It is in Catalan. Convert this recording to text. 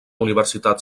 universitat